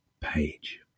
page